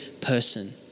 person